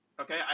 okay